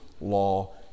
law